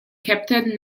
capitaine